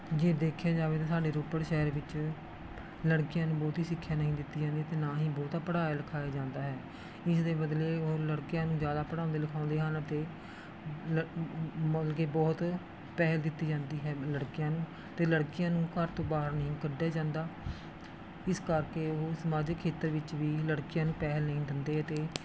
ਜੇ ਦੇਖਿਆ ਜਾਵੇ ਤਾਂ ਸਾਡੇ ਰੋਪੜ ਸ਼ਹਿਰ ਵਿੱਚ ਲੜਕੀਆਂ ਨੂੰ ਬਹੁਤੀ ਸਿੱਖਿਆ ਨਹੀਂ ਦਿੱਤੀ ਜਾਂਦੀ ਅਤੇ ਨਾ ਹੀ ਬਹੁਤਾ ਪੜ੍ਹਾਇਆ ਲਿਖਾਇਆ ਜਾਂਦਾ ਹੈ ਇਸ ਦੇ ਬਦਲੇ ਔਰ ਲੜਕਿਆਂ ਨੂੰ ਜ਼ਿਆਦਾ ਪੜਾਉਂਦੇ ਲਿਖਾਉਂਦੇ ਹਨ ਅਤੇ ਲੜ ਮਤਲਬ ਕਿ ਬਹੁਤ ਪਹਿਲ ਦਿੱਤੀ ਜਾਂਦੀ ਹੈ ਲੜਕਿਆਂ ਨੂੰ ਅਤੇ ਲੜਕੀਆਂ ਨੂੰ ਘਰ ਤੋਂ ਬਾਹਰ ਨਹੀਂ ਕੱਢਿਆ ਜਾਂਦਾ ਇਸ ਕਰਕੇ ਉਹ ਸਮਾਜਿਕ ਖੇਤਰ ਵਿੱਚ ਵੀ ਲੜਕੀਆਂ ਨੂੰ ਪਹਿਲ ਨਹੀਂ ਦਿੰਦੇ ਅਤੇ